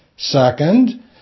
Second